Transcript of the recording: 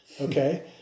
Okay